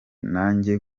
nanjye